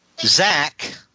Zach